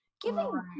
giving